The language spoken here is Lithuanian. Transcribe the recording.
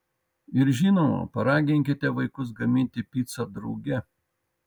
ir žinoma paraginkite vaikus gaminti picą drauge